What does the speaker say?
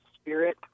spirit